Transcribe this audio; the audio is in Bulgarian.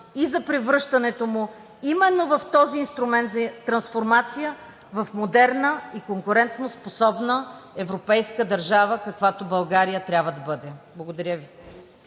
и за превръщането му именно в този инструмент за трансформация в модерна и конкурентоспособна европейска държава, каквато България трябва да бъде. Благодаря Ви.